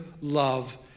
love